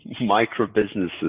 micro-businesses